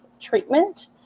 treatment